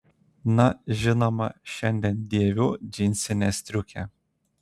na žinoma šiandien dėviu džinsinę striukę